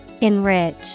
Enrich